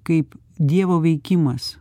kaip dievo veikimas